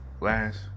last